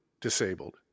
disabled